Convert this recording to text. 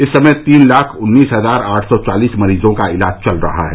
इस समय तीन लाख उन्नीस हजार आठ सौ चालीस मरीजों का इलाज चल रहा है